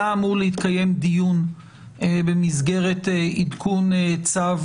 היה אמור להתקיים דיון במסגרת עדכון צו